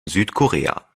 südkorea